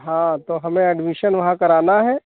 हाँ तो हमें एड्मिशन वहाँ कराना है